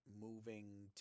moving